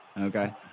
Okay